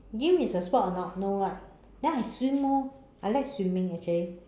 gym is a sport or not no right then I swim orh I like swimming actually